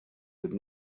would